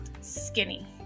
skinny